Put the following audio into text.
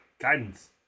Guidance